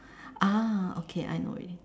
ah okay I know already